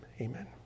amen